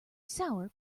sour